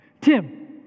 Tim